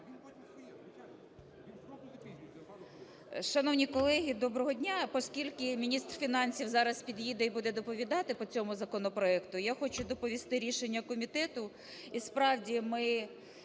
Шановні колеги, доброго дня. Поскільки міністр фінансів зараз під'їде і буде доповідати по цьому законопроекту, я хочу доповісти рішення комітету.